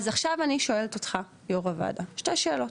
אז עכשיו אני שואלת אותך, יו"ר הוועדה, שתי שאלות,